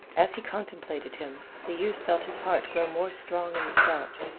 as he contemplated him, the youth felt his heart grow more strong and stout.